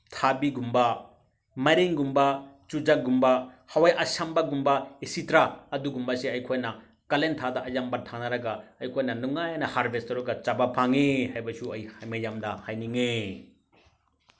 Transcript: ꯊꯥꯕꯤꯒꯨꯝꯕ ꯃꯥꯏꯔꯦꯟꯒꯨꯝꯕ ꯆꯨꯖꯥꯛꯒꯨꯝꯕ ꯍꯋꯥꯏ ꯑꯁꯥꯡꯕꯒꯨꯝꯕ ꯏꯠꯁꯦꯇ꯭ꯔꯥ ꯑꯗꯨꯒꯨꯝꯕꯁꯦ ꯑꯩꯈꯣꯏꯅ ꯀꯥꯂꯦꯟ ꯊꯥꯗ ꯑꯌꯥꯝꯕ ꯊꯥꯅꯔꯒ ꯑꯩꯈꯣꯏꯅ ꯅꯨꯡꯉꯥꯏꯅ ꯍꯥꯔꯚꯦꯁ ꯇꯧꯔꯒ ꯆꯥꯕ ꯐꯪꯉꯤ ꯍꯥꯏꯕꯁꯨ ꯑꯩ ꯃꯌꯥꯝꯗ ꯍꯥꯏꯅꯤꯡꯉꯦ